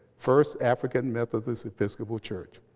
first african methodist episcopal church.